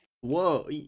Whoa